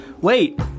wait